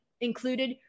included